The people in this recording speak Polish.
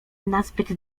nazbyt